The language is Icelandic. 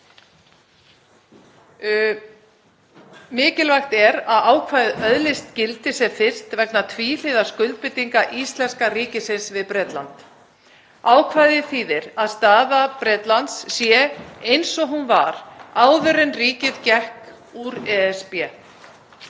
Mikilvægt er að ákvæðið öðlist gildi sem fyrst vegna tvíhliða skuldbindinga íslenska ríkisins við Bretland. Ákvæðið þýðir að staða Bretlands sé eins og hún var áður en ríkið gekk úr ESB.